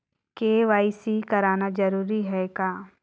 KYC कराना जरूरी है का?